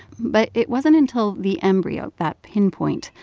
but it wasn't until the embryo, that pinpoint,